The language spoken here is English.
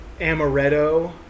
amaretto